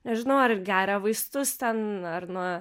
nežin ar geria vaistus ten ar nuo